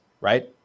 right